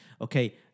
okay